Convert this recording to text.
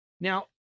Now